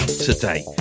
Today